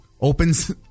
opens